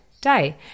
day